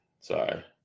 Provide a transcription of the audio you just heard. Sorry